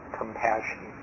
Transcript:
compassion